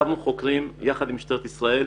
הצבנו חוקרים יחד עם משטרת ישראל,